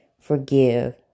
forgive